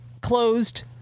closed